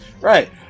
Right